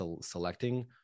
selecting